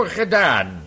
gedaan